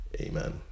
amen